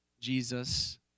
Jesus